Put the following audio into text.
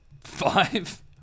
Five